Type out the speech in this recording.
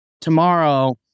tomorrow